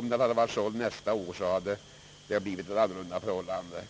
Om den fastigheten skulle säljas nästa år, hade förhållandena blivit annorlunda.